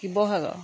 Sivasagar